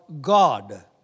God